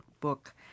book